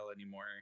anymore